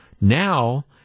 Now